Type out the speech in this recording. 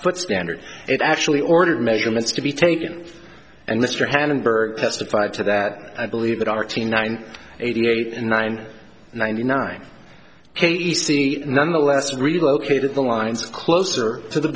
foot standard it actually ordered measurements to be taken and mr han and burke testified to that i believe that our team nine eighty eight and nine ninety nine k e c nonetheless relocated the lines closer to the